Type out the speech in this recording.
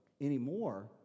anymore